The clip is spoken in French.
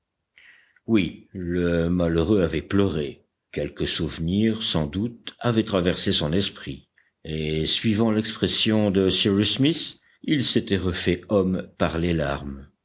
oui le malheureux avait pleuré quelque souvenir sans doute avait traversé son esprit et suivant l'expression de cyrus smith il s'était refait homme par les larmes